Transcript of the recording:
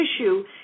issue